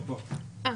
פה, פה.